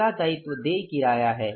अगला दायित्व देय किराया है